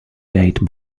date